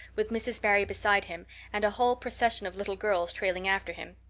with mrs. barry beside him and a whole procession of little girls trailing after him.